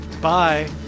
Bye